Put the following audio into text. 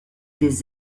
des